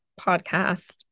podcast